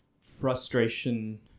frustration